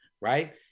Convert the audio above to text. right